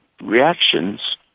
reactions